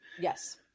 Yes